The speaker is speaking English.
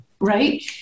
right